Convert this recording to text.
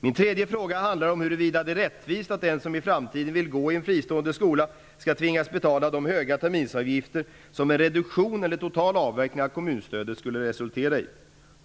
Min tredje fråga handlade om huruvida det är rättvist att den som i framtiden vill gå i en fristående skola skall tvingas betala de höga terminsavgifter som en reduktion eller total avveckling av kommunstödet skulle resultera i.